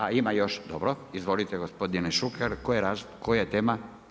A ima još, dobro, izvolite gospodine Šuker, koja je tema?